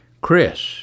Chris